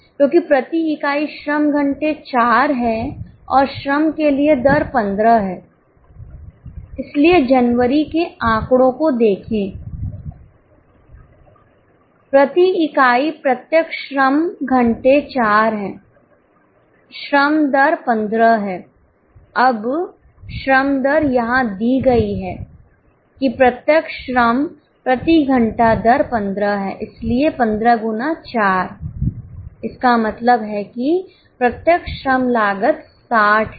क्योंकि प्रति इकाई श्रम घंटे 4 है और श्रम के लिए दर 15 है इसलिए जनवरी के आंकड़ों को देखें प्रति इकाई प्रत्यक्ष श्रम घंटे 4 है श्रम दर 15 है अब श्रम दर यहां दी गई है कि प्रत्यक्ष श्रम प्रति घंटा दर 15 है इसलिए 15 गुना 4 इसका मतलब है कि प्रत्यक्ष श्रम लागत 60 है